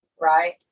Right